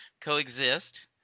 coexist